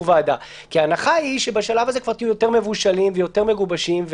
ועדה כי ההנחה היא שבשלב הזה כבר תהיו יותר מבושלים ויותר מגובשים,